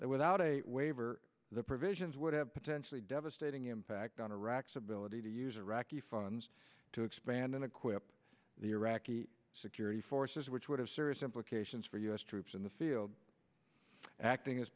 that without a waiver the provisions would have potentially devastating impact on iraq's ability to use iraqi funds to expand and equip the iraqi security forces which would have serious implications for u s troops in the field acting as